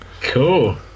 Cool